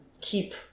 keep